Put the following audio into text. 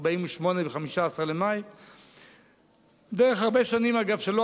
ב-15 במאי 1948. אחר כך היו הרבה שנים שבהן